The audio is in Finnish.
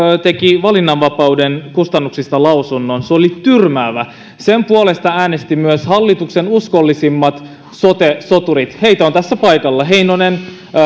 teki valinnanvapauden kustannuksista lausunnon se oli tyrmäävä sen puolesta äänestivät myös hallituksen uskollisimmat sote soturit heitä on tässä paikalla heinonen